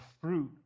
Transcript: fruit